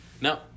No